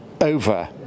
over